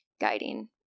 guiding